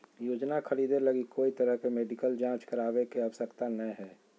योजना खरीदे लगी कोय तरह के मेडिकल जांच करावे के आवश्यकता नयय हइ